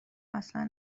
اصلا